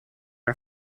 are